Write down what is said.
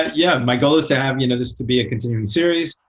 yeah, my goal is to have you know this to be a continuing series.